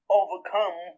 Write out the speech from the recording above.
overcome